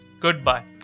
goodbye